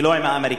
ולא עם האמריקנים.